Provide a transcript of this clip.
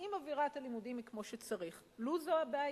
אם אווירת הלימודים היא כמו שצריך, לא זו הבעיה.